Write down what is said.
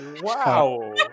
wow